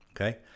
Okay